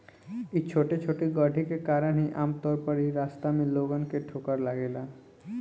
इ छोटे छोटे गड्ढे के कारण ही आमतौर पर इ रास्ता में लोगन के ठोकर लागेला